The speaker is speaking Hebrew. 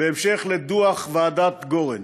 בהמשך לדוח ועדת גורן.